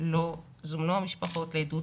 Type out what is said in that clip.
לא זומנו המשפחות לעדות,